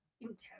intense